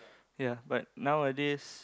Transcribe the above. ya but now a days